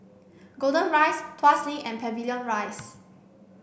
Golden Rise Tuas Link and Pavilion Rise